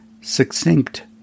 succinct